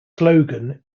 slogan